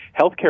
healthcare